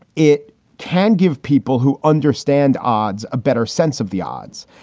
it can give people who understand odds a better sense of the odds.